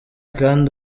kandi